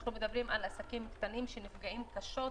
אנחנו מדברים על עסקים קטנים שנפגעים קשות,